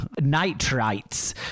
Nitrites